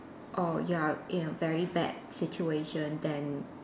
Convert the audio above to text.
oh ya in a very bad situation then